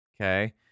Okay